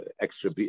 extra